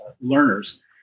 learners